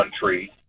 country